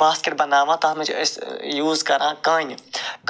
basket بناوان تتھ مَنٛز چھِ یوٗز کران کانہِ